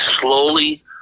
slowly